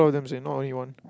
as in not only one